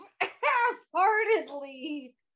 Half-heartedly